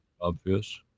Obvious